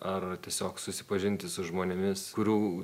ar tiesiog susipažinti su žmonėmis kurių